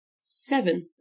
seven